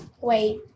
wait